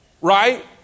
right